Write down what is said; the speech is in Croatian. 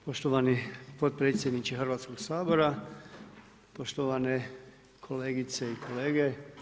Poštovani podpredsjedniče Hrvatskog sabora, poštovane kolegice i kolege.